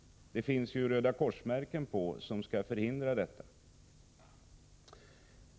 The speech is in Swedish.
Det finns ju Röda kors-märken på tälten, som skall förhindra att fältsjukhusen beskjuts.